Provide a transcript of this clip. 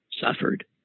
suffered